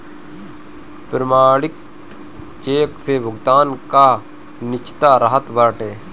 प्रमाणित चेक से भुगतान कअ निश्चितता रहत बाटे